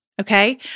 Okay